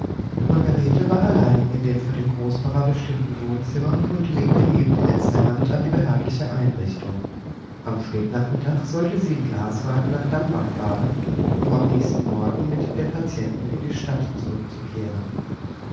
margarete war allein in dem für den großpapa bestimmten wohnzimmer und legte eben die letzte hand an die behagliche einrichtung am spätnachmittag sollte sie im glaswagen nach dambach fahren um am nächsten morgen mit dem patienten in die stadt zurückzukehren